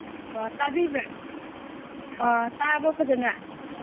ꯑꯣ ꯇꯥꯕꯤꯕ꯭ꯔꯥ ꯇꯥꯔꯕ꯭ꯔꯥ ꯐꯖꯅ